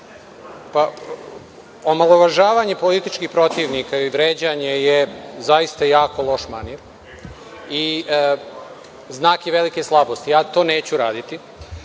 Omalovažavanje političkih protivnika i vređanje je zaista loš manir i znak je velike slabosti. Ja to neću raditi.